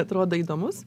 atrodo įdomus